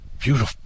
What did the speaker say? beautiful